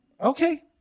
okay